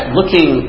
looking